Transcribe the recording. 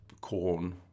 corn